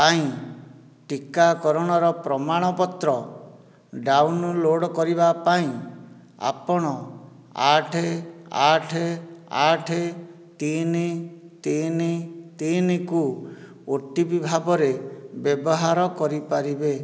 ପାଇଁ ଟିକାକରଣର ପ୍ରମାଣପତ୍ର ଡ଼ାଉନଲୋଡ଼୍ କରିବା ପାଇଁ ଆପଣ ଆଠେ ଆଠେ ଆଠେ ତିନି ତିନି ତିନିକୁ ଓ ଟି ପି ଭାବରେ ବ୍ୟବହାର କରିପାରିବେ